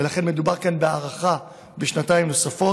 ומדובר כאן בהארכה בשנתיים נוספות.